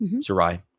Sarai